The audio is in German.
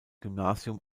gymnasium